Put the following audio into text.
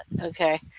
okay